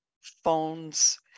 phone's